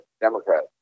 Democrats